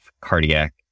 cardiac